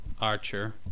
Archer